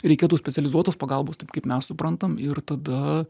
reikėtų specializuotos pagalbos taip kaip mes suprantam ir tada